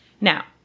Now